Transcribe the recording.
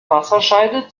wasserscheide